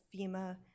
FEMA